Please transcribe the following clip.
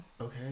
Okay